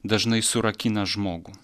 dažnai surakina žmogų